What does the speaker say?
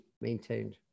maintained